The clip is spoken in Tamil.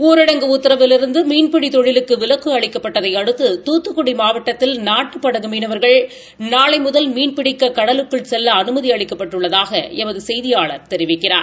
ஊரடங்கு உத்தரவிலிருந்து மீன்பிடி தொழிலுக்கு விலக்கு அளிக்கப்பட்டதை அடுத்து தூத்துக்குடி மாவட்டத்தில் நாட்டுப்படகு மீனவா்கள் நாளை முதல் மீன்பிடிக்க கடலுக்குள் செல்ல அனுமதி அளிக்கப்பட்டுள்ளதாக எமது செய்தியாளர் தெரிவிக்கிறார்